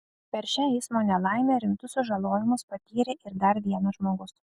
per šią eismo nelaimę rimtus sužalojimus patyrė ir dar vienas žmogus